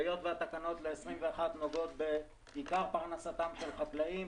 היות והתקנות ל2021 נוגעות בעיקר פרנסתם של חקלאים,